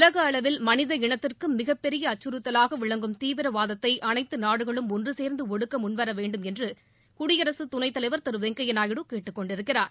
உலக அளவில் மனித இனத்திற்கு மிகப்பெரிய அச்சுறுத்தவாக விளங்கும் தீவிரவாதத்தை அனைத்து நாடுகளும் ஒன்று சேர்ந்து ஒடுக்க முன்வர வேண்டும் என்று குடியரசுத் துணைத் தலைவர் திரு வெங்கப்யா நாயுடு கேட்டுக் கொண்டிருக்கிறார்